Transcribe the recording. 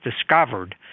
discovered